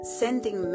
sending